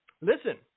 listen